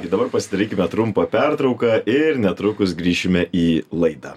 gi dabar pasidarykime trumpą pertrauką ir netrukus grįšime į laidą